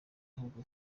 ahubwo